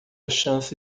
chance